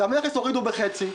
את המכס הורידו בחצי.